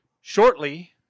shortly